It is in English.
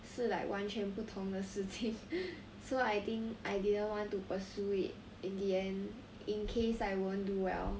是 like 完全不同的事情 so I think I didn't want to pursue it in the end in case I won't do well